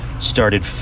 started